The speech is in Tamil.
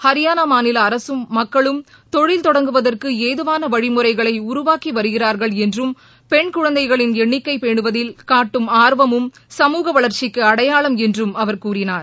ஹரியானா மாநில அரசும் மக்களும் தொழில் தொடங்குவதற்கு ஏதுவான வழிமுறைகளை உருவாக்கி வருகிறார்கள் என்றும் பெண் குழந்தைகளின் எண்ணிக்கை பேனுவதில் காட்டும் ஆர்வம் சமூக வளர்ச்சிக்கு அடையாளம் என்றும் அவர் கூநினார்